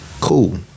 Cool